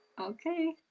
Okay